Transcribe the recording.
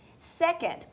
Second